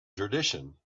tradition